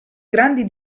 grandi